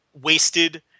wasted